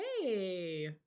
hey